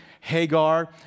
Hagar